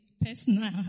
personal